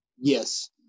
yes